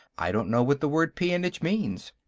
i don't know what the word peonage means.